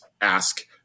ask